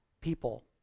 people